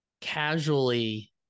casually